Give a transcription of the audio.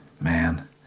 Man